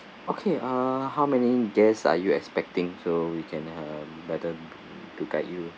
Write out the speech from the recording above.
okay uh how many guests are you expecting so we can have to guide you